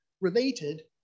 related